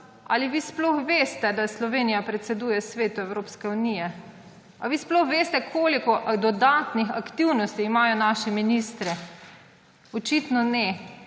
ali vi sploh veste, da Slovenija predseduje Svetu Evropske unije. Ali vi sploh veste, koliko dodatnih aktivnosti imajo naši ministri? Očitno ne.